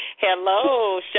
Hello